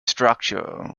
structure